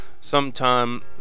Sometime